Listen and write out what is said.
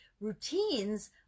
routines